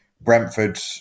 Brentford